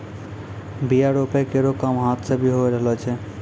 बीया रोपै केरो काम हाथ सें भी होय रहलो छै